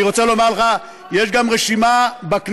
אני רוצה לומר לך: יש גם רשימה בכנסת